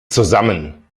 zusammen